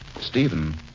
Stephen